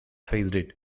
faded